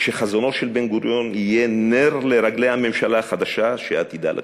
שחזונו של בן-גוריון יהיה נר לרגלי הממשלה החדשה שעתידה לקום.